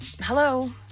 hello